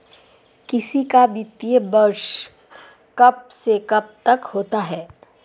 कृषि का वित्तीय वर्ष कब से कब तक होता है?